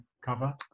cover